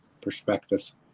perspectives